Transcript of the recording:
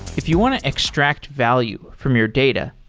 if you want to extract value from your data,